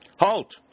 HALT